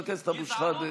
חבר הכנסת אבו שחאדה.